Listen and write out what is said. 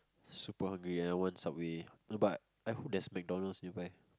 super hungry and I want Subway but I hope there's McDonald's nearby